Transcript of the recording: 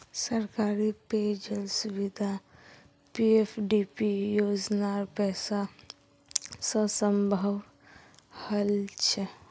सरकारी पेय जल सुविधा पीएफडीपी योजनार पैसा स संभव हल छ